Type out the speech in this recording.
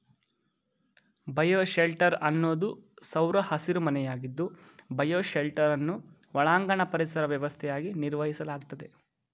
bioshelter ಅನ್ನೋದು ಸೌರ ಹಸಿರುಮನೆಯಾಗಿದ್ದು ಬಯೋಶೆಲ್ಟರನ್ನು ಒಳಾಂಗಣ ಪರಿಸರ ವ್ಯವಸ್ಥೆಯಾಗಿ ನಿರ್ವಹಿಸಲಾಗ್ತದೆ